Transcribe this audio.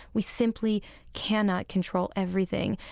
we simply cannot control everything.